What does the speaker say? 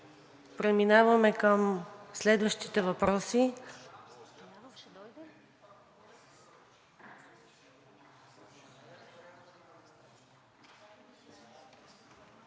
Преминаваме към следващите въпроси